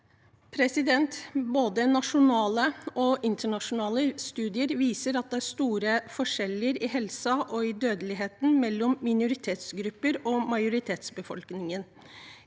Både nasjonale og internasjonale studier viser at det er store forskjeller i helsen og dødeligheten mellom minoritetsgrupper og majoritetsbefolkningen.